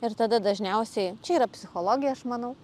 ir tada dažniausiai čia yra psichologija aš manau